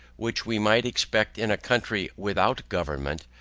which we might expect in a country without government,